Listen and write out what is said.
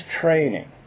training